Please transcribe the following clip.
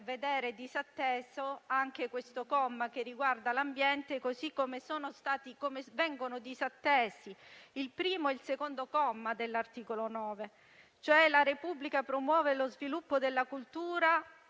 vedere disattesi - purtroppo - anche questi commi che riguardano l'ambiente, così come vengono disattesi il primo e il secondo comma dell'articolo 9: «La Repubblica promuove lo sviluppo della cultura